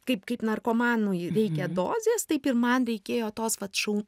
kaip kaip narkomanui reikia dozės taip ir man reikėjo tos vat šau